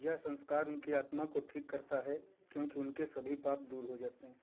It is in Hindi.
यह सँस्कार उनकी आत्मा को ठीक करता है क्योंकि उनके सभी पाप दूर हो जाते हैं